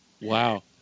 Wow